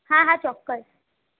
હા હા ચોક્કસ